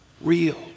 real